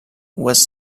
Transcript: was